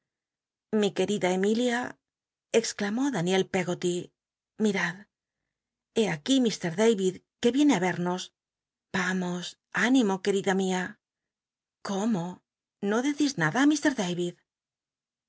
lii querida emilia exclamó daniell eggoty mi l'ad hé aquí mr david que viene rcrnos amos ínimo querida mia i cómo no decís nada